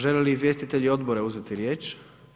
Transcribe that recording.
Žele li izvjestitelji odbora uzeti riječ?